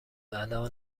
بلا